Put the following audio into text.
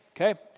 okay